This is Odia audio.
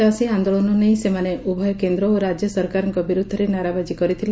ଚାଷୀ ଆଦୋଳନ ନେଇ ସେମାନେ ଉଭୟ କେନ୍ଦ ଓ ରାଜ୍ୟ ସରକାରଙ୍କ ବିରୁଦ୍ଧରେ ନାରାବାଜୀ କରିଥିଲେ